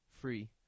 free